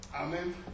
Amen